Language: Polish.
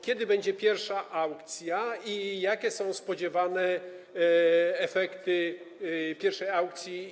Kiedy będzie pierwsza aukcja i jakie są spodziewane efekty pierwszej aukcji?